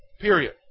Period